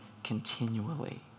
Continually